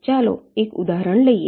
ચાલો એક ઉદાહરણ લઈએ